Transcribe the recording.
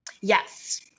Yes